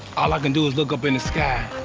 all i can do was look up in the sky.